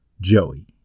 Joey